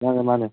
ꯃꯥꯅꯦ ꯃꯥꯅꯦ